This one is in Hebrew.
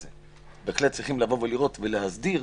בהחלט צריכים לבוא ולראות ולהסדיר